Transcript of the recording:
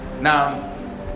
Now